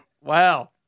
Wow